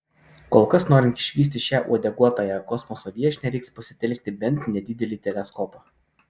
kol kas norint išvysti šią uodeguotąją kosmoso viešnią reiks pasitelkti bent nedidelį teleskopą